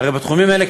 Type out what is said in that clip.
הרי בתחומים האלה,